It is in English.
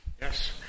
Yes